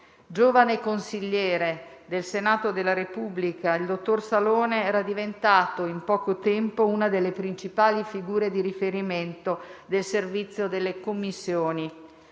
Giovane consigliere del Senato della Repubblica, il dottor Salone era diventato in poco tempo una delle principali figure di riferimento del Servizio delle Commissioni;